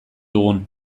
dugun